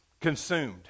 consumed